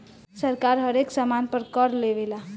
सरकार हरेक सामान पर कर लेवेला